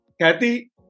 Kathy